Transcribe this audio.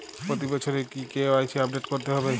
প্রতি বছরই কি কে.ওয়াই.সি আপডেট করতে হবে?